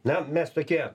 na mes tokie